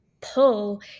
pull